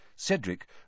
Cedric